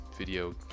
video